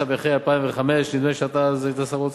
התשס"ה 2005 נדמה לי שהיית אז שר האוצר,